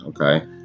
Okay